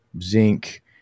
zinc